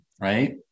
right